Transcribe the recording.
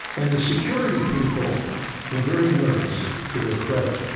and the security people were very nervous, to their credit.